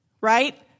right